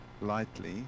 lightly